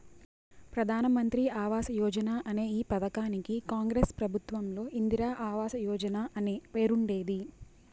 ప్రధాన్ మంత్రి ఆవాస్ యోజన అనే ఈ పథకానికి కాంగ్రెస్ ప్రభుత్వంలో ఇందిరా ఆవాస్ యోజన అనే పేరుండేది